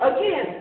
Again